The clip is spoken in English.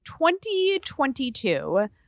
2022